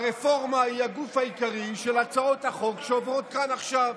הרפורמה היא הגוף העיקרי של הצעות החוק שעוברות כאן עכשיו.